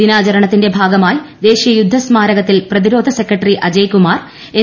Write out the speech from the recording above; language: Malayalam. ദിനാചരണത്തിന്റെ ഭാഗമായി ദേശീയ യുദ്ധ സ്മാരകത്തിൽ പ്രതിരോധ സെക്രട്ടറി അജയ്കുമാർ എൻ